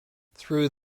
through